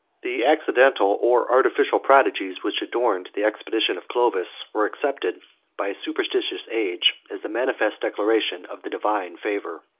the accidental, or artificial, prodigies which adorned the expedition of clovis, were accepted by a superstitious age, as the manifest declaration of the divine favor.